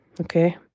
okay